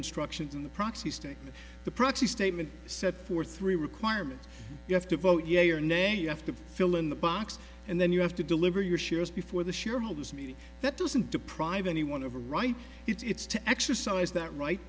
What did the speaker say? instructions in the proxy state the proxy statement set for three requirements you have to vote yea or nay you have to fill in the box and then you have to deliver your shows before the shareholders meeting that doesn't deprive anyone over right it's to exercise that right